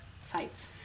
sites